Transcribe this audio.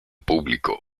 público